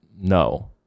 No